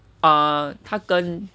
err 他跟